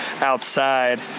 outside